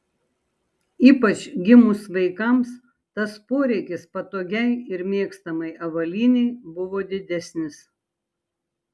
ypač gimus vaikams tas poreikis patogiai ir mėgstamai avalynei buvo didesnis